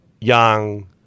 Young